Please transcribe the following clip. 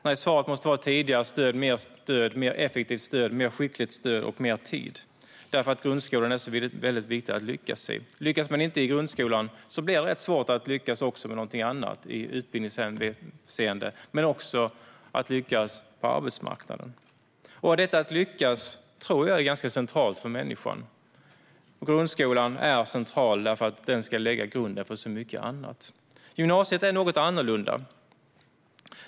Nej, svaret måste vara tidigare stöd, mer stöd, mer effektivt stöd, mer skickligt stöd och mer tid, för grundskolan är så väldigt viktig att lyckas i. Lyckas man inte i grundskolan blir det rätt svårt att lyckas med någonting annat i utbildningshänseende men också att lyckas på arbetsmarknaden. Detta att lyckas tror jag är ganska centralt för människan. Grundskolan är central därför att den ska lägga grunden för så mycket annat. Gymnasiet är något annorlunda.